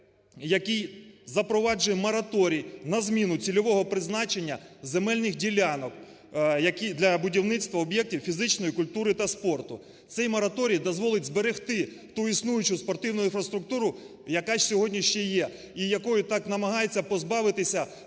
який запроваджує мораторій на зміну цільового призначення земельних ділянок для будівництва об'єктів фізичної культури та спорту. Цей мораторій дозволить зберегти ту існуючу спортивну інфраструктуру, яка сьогодні ще є і якої намагаються позбавитися